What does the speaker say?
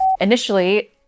Initially